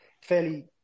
fairly